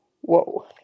Whoa